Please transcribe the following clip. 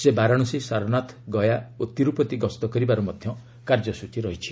ସେ ବାରାଣସୀ ସାରନାଥ ଗୟା ଓ ତିର୍ ପତୀ ଗସ୍ତ କରିବାର କାର୍ଯ୍ୟସ୍ତଚୀ ରହିଛି